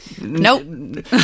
Nope